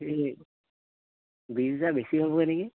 এ বিশ হেজাৰ বেছি হ'বগৈ নেকি